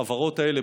החברות האלה,